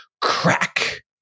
crack